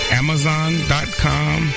amazon.com